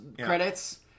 credits